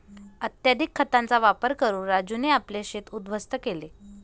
अत्यधिक खतांचा वापर करून राजूने आपले शेत उध्वस्त केले